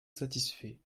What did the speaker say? satisfait